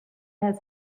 has